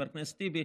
חבר הכנסת טיבי,